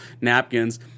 napkins